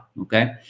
okay